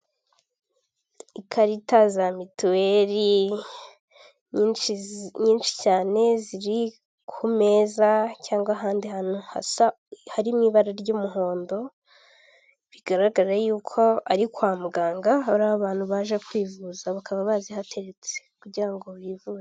Ikarita za mituweli nyinshi nyinshi cyane ziri ku meza cyangwa ahandi hantu hasa hari mu n'ibara ry'umuhondo bigaragara yuko ari kwa muganga hari abantu baje kwivuza bakaba bazihateretse kugira ngo bivuge.